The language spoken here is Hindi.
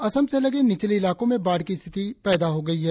असम से लगे निचले इलाकों में बाढ़ की स्थिति पैदा हो रही है